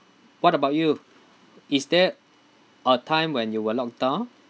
what about you is there a time when you were looked down